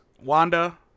Wanda